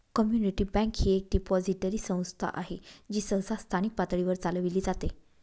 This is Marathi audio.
कम्युनिटी बँक ही एक डिपॉझिटरी संस्था आहे जी सहसा स्थानिक पातळीवर चालविली जाते